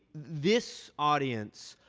this audience